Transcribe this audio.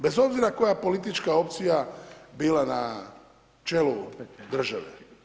Bez obzira koja politička opcija bila na čelu države.